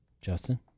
Justin